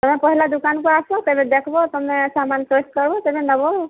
ତମେ ପହେଲା ଦୁକାନ୍କୁ ଆସ ତେବେ ଦେଖବ ତୁମେ ସାମାନ୍ ଚଏସ୍ କରବ ତେବେ ନବ ଆଉ